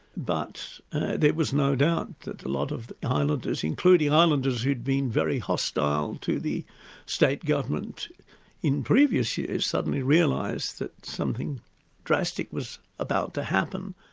but there was no doubt that a lot of islanders, including islanders who'd been very hostile to the state government in previous years, suddenly realised that something drastic was about to happen.